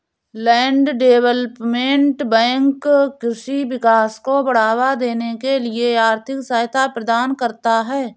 land development bank कृषि विकास को बढ़ावा देने के लिए आर्थिक सहायता प्रदान करता है